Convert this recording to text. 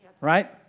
right